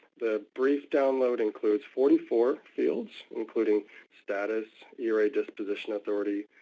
the brief download includes forty four fields, including status, era disposition authority,